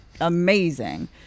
amazing